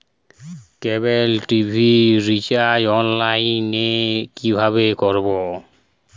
কেবল TV recharge online এ কিভাবে করব?